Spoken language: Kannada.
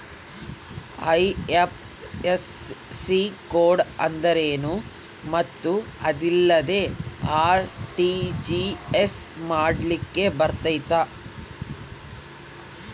ಐ.ಎಫ್.ಎಸ್.ಸಿ ಕೋಡ್ ಅಂದ್ರೇನು ಮತ್ತು ಅದಿಲ್ಲದೆ ಆರ್.ಟಿ.ಜಿ.ಎಸ್ ಮಾಡ್ಲಿಕ್ಕೆ ಬರ್ತೈತಾ?